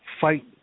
fight